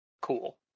cool